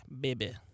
Baby